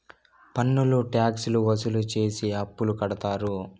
పన్నులు ట్యాక్స్ లు వసూలు చేసి అప్పులు కడతారు